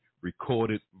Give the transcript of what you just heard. recorded